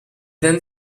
then